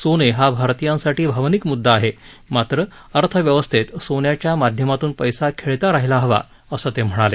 सोने हा भारतीयांसाठी भावनिक मुद्दा आहे मात्र अर्थव्यवस्थेत सोन्याच्या माध्यमातून पैसा खेळता राहिला हवा असं ते म्हणाले